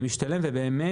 למשתלם יותר,